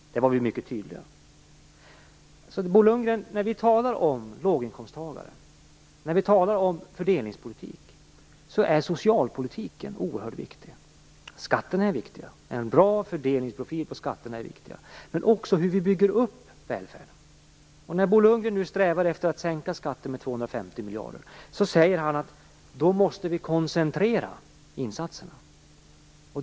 Där var vi alltså mycket tydliga. Bo Lundgren, när vi talar om låginkomsttagare och fördelningspolitik är socialpolitiken oerhört viktig. Skatterna är viktiga. En bra fördelningsprofil på skatterna är viktig, liksom hur vi bygger upp välfärden. När Bo Lundgren nu strävar efter att sänka skatterna med 250 miljarder kronor säger han att vi måste koncentrera insatserna.